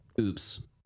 Oops